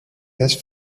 this